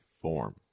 form